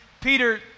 Peter